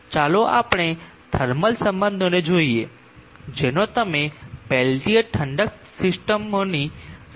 ચાલો આપણે થર્મલ સંબંધોને જોઈએ જેનો તમે પેલ્ટીઅર ઠંડક થર્મલ સિસ્ટમોની રચનામાં વારંવાર ઉપયોગ કરશો